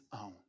own